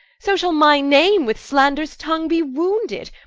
so shall my name with slanders tongue be wounded,